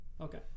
Okay